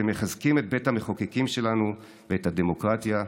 אתם מחזקים את בית המחוקקים שלנו ואת הדמוקרטיה הישראלית.